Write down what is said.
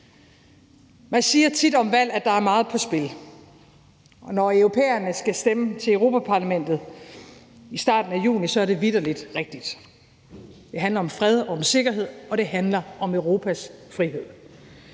Man siger tit om valg, at der er meget på spil, og når europæerne skal stemme til Europa-Parlamentet i starten af juni, er det vitterlig rigtigt. Det handler om fred og om sikkerhed, og det handler om Europas frihed.